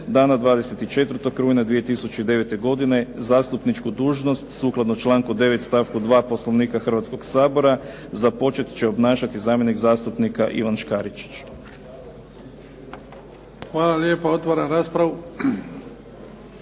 dana 24. rujna 2009. godine zastupničku dužnost, sukladno članku 9. stavku 2. Poslovnika Hrvatskog sabora započet će obnašati zamjenik zastupnika Ivan Škaričić. **Bebić, Luka